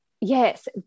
yes